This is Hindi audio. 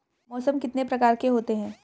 मौसम कितने प्रकार के होते हैं?